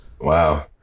Wow